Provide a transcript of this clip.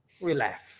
Relax